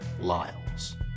Lyles